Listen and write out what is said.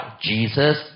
Jesus